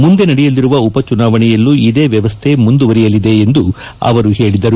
ಮುಂದೆ ನಡೆಯಲಿರುವ ಉಪಚುನಾವಣೆಯಲ್ಲೂ ಇದೇ ವ್ಯವಸ್ಥೆ ಮುಂದುವರಿಯಲಿದೆ ಎಂದು ಅವರು ಹೇಳಿದರು